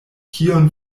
kion